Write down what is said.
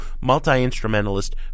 Multi-instrumentalist